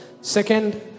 Second